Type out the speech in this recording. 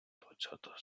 двадцятого